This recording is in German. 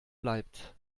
bleibt